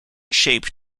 shape